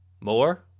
More